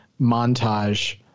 montage